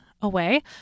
away